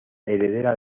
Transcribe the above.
heredera